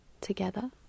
together